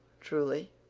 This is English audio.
truly.